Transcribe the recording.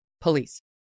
police